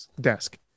desk